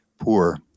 poor